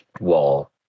wall